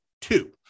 two